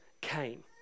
came